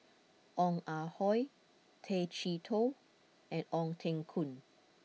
Ong Ah Hoi Tay Chee Toh and Ong Teng Koon